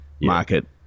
market